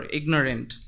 ignorant